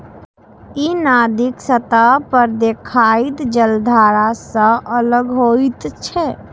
ई नदीक सतह पर देखाइत जलधारा सं अलग होइत छै